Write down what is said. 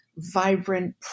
Vibrant